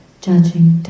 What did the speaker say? judging